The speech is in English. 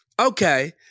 Okay